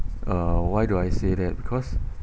uh why do I say that because